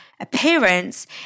Appearance